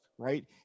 Right